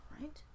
right